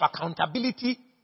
accountability